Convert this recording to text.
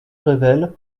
revel